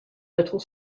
little